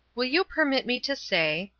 will you permit me to say,